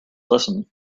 listen